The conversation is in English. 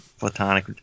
Platonic